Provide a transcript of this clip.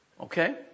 Okay